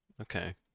Okay